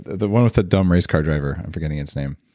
the one with the dumb race car driver. i'm forgetting its name.